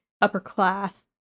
upper-class